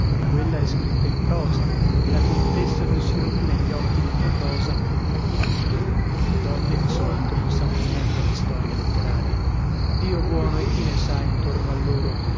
quella è scritta in prosa e la contessa non si rovina gli occhi nella prosa ecco tutto le donne di solito non sanno niente di storia letteraria dio buono e chi ne sa intorno a loro